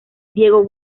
diego